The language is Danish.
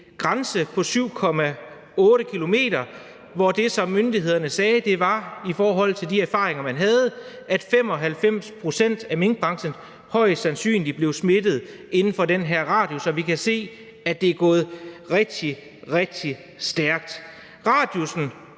grænse på 7,8 km, for myndighederne sagde i forhold til de erfaringer, man havde, at 95 pct. af minkene højst sandsynligt blev smittet inden for den her radius på 7,8 km. Og vi kan se, at det er gået rigtig, rigtig stærkt. Radiussen